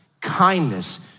kindness